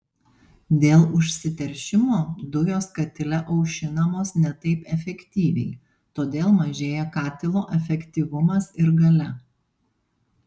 dėl užsiteršimo dujos katile aušinamos ne taip efektyviai todėl mažėja katilo efektyvumas ir galia